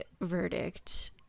verdict